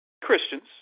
Christians